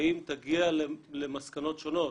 האם תגיע למסקנות שונות?